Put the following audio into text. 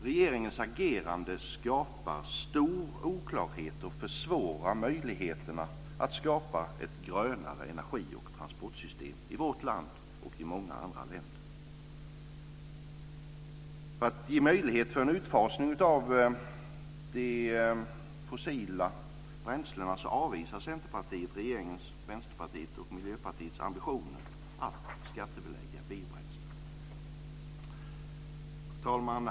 Regeringens agerande skapar stor oklarhet och försvårar möjligheterna att skapa ett grönare energioch transportsystem i vårt land och i många andra länder. För att ge möjlighet för en utfasning av de fossila bränslena avvisar Centerpartiet regeringens, Vänsterpartiets och Miljöpartiets ambitioner att skattebelägga biobränslen. Fru talman!